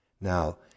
Now